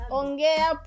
ongea